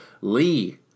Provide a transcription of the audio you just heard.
Lee